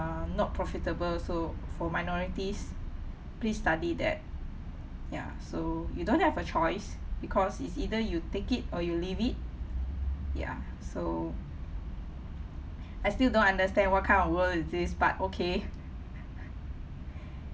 um not profitable so for minorities please study that ya so you don't have a choice because it's either you take it or you leave it ya so I still don't understand what kind of world is this but okay